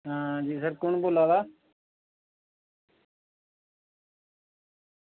आं फिर केह् चला दा